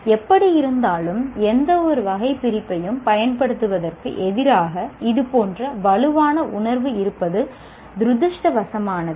எப்படியிருந்தாலும் எந்தவொரு வகைபிரிப்பையும் பயன்படுத்துவதற்கு எதிராக இதுபோன்ற வலுவான உணர்வு இருப்பது துரதிர்ஷ்டவசமானது